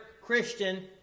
Christian